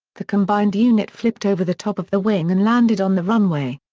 the combined unit flipped over the top of the wing and landed on the runway.